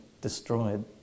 destroyed